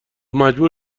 مجبور